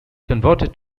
converted